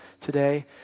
today